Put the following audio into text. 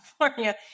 California